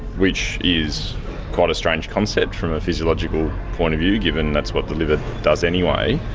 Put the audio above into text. which is quite a strange concept from a physiological point of view, given that's what the liver does anyway.